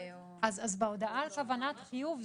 בהודעה על כוונת חיוב,